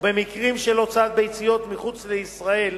או במקרים של הוצאת ביציות מחוץ לישראל,